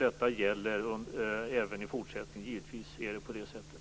Detta gäller även i fortsättningen. Givetvis är det på det sättet.